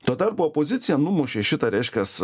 tuo tarpu opozicija numušė šitą reiškias